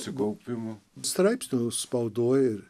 su kaupimu straipsnių spaudoje ir